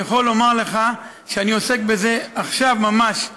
אני יכול לומר לך שאני עוסק בזה עכשיו ממש,